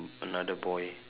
another boy